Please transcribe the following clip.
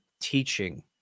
teaching